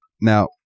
Now